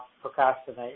procrastinate